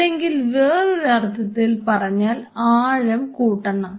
അല്ലെങ്കിൽ വേറൊരു അർത്ഥത്തിൽ പറഞ്ഞാൽ ആഴം കൂട്ടണം